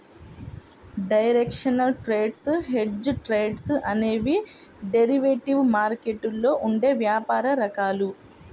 directional trades, hedged trades అనేవి డెరివేటివ్ మార్కెట్లో ఉండే వ్యాపార రకాలు